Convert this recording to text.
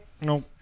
no